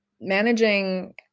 managing